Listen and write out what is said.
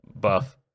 buff